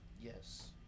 Yes